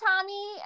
tommy